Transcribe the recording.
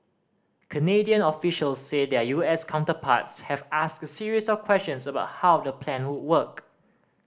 Canadian officials say their U S counterparts have asked a series of questions about how the plan would work